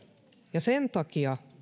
ja sen takia